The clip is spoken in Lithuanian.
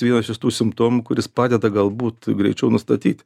vienas iš tų simptomų kuris padeda galbūt greičiau nustatyt